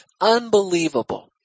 unbelievable